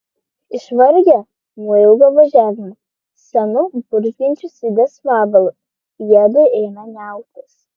išvargę nuo ilgo važiavimo senu burzgiančiu sidės vabalu jiedu ėmė niautis